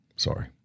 sorry